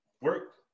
Work